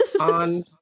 on